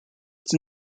its